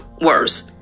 worse